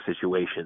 situation